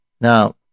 Now